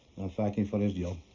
fighting for his job.